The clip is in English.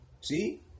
see